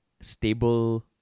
stable